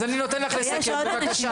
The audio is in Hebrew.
אני נותן לך לסכם, בבקשה.